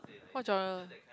what genre